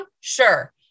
Sure